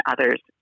others